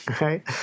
right